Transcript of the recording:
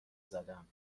زدم